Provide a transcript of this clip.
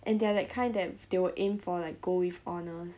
and they are that kind that they will aim for like gold with honours